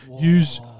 use